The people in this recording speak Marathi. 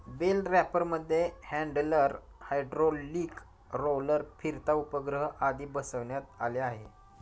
बेल रॅपरमध्ये हॅण्डलर, हायड्रोलिक रोलर, फिरता उपग्रह आदी बसवण्यात आले आहे